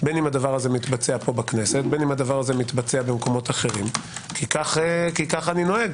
בין אם זה מתבצע בכנסת או מתבצע במקומות אחרים כי כך אני נוהג.